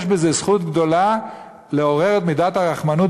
יש בזה זכות גדולה לעורר את מידת הרחמנות